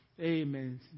amen